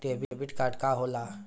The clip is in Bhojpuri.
डेबिट कार्ड का होला?